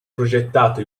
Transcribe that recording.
progettato